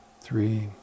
three